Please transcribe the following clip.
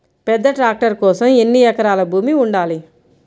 పెద్ద ట్రాక్టర్ కోసం ఎన్ని ఎకరాల భూమి ఉండాలి?